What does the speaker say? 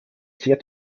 sehr